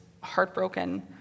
heartbroken